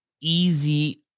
easy